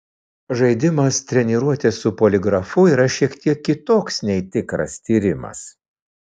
žaidimas treniruotė su poligrafu yra šiek tiek kitoks nei tikras tyrimas